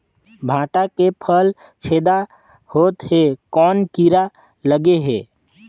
भांटा के फल छेदा होत हे कौन कीरा लगे हे?